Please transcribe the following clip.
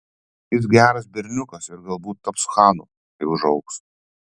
jis geras berniukas ir galbūt taps chanu kai užaugs